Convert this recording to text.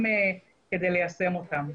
גם כדי ליישם אותן.